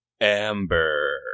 Amber